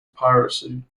piracy